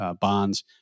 bonds